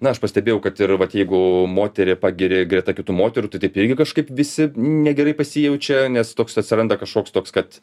na aš pastebėjau kad ir vat jeigu moterį pagiri greta kitų moterų tai taip irgi kažkaip visi negerai pasijaučia nes toks atsiranda kažkoks toks kad